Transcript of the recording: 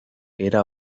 era